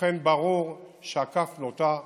לכן, ברור שהכף נוטה לסיוע.